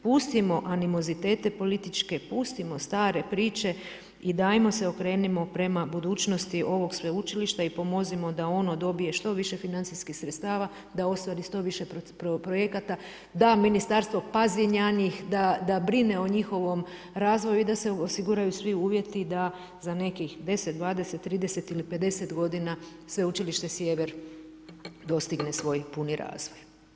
Pustimo azimunitete političke, pustimo stare priče i dajmo se okrenimo prema budućnosti ovog sveučilišta i pomozimo da ono dobije što više financijskih sredstava da ostvari što više projekta da ministarstvo pazi na njih, da brine o njihovom razdoblju i da se osiguraju svi uvjeti da za nekih 10, 20, 30 ili 50 g. Sveučilište Sjever dostigne svoje puni razvoj.